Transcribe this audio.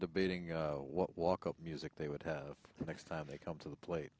debating what walk up music they would have the next time they come to the plate